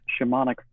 shamanic